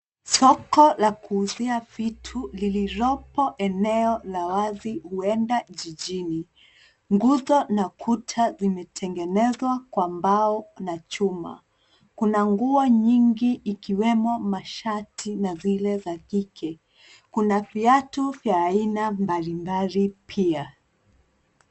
Soko la kuuzia vitu lililopo eneo la wazi huenda jijini. Nguzo na kuta zimetegenezwa kwa mbao na chuma. Kuna nguo nyingi ikiwemo mashati na zile za kike. Kuna viatu vya aina mbalimbali pia.